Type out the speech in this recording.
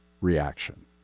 reaction